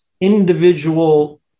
individual